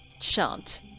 shan't